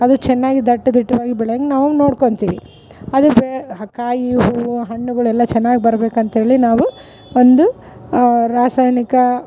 ಅದು ಚೆನ್ನಾಗಿ ದಟ್ಟ ದಿಟ್ಟವಾಗಿ ಬೆಳಿಯಂಗೆ ನಾವು ನೊಡ್ಕೊತೀವಿ ಅದು ಬೆ ಹಕ್ಕಾಯಿ ಹೂವು ಹಣ್ಣುಗಳೆಲ್ಲ ಚೆನ್ನಾಗ್ ಬರಬೇಕಂತೇಳಿ ನಾವು ಒಂದು ರಾಸಾಯನಿಕ